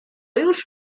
już